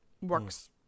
works